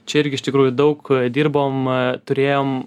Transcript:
čia irgi iš tikrųjų daug dirbom turėjom